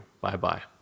Bye-bye